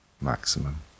maximum